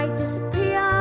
disappear